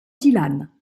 dylan